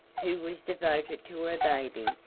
who was devoted to her baby,